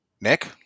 nick